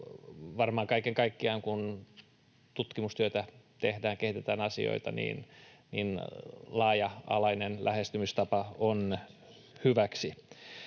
Varmaan kaiken kaikkiaan, kun tutkimustyötä tehdään, kehitetään asioita, laaja-alainen lähestymistapa on hyväksi.